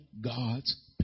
God's